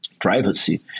privacy